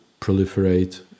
proliferate